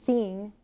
seeing